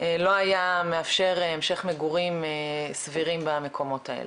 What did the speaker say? לא היה מאפשר המשך מגורים סבירים במקומות האלה.